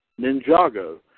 Ninjago